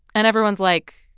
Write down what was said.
and everyone's like,